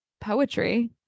poetry